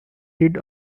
did